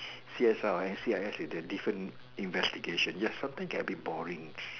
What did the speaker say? C_S_I or S C I S with the different investigation yes sometime get a bit boring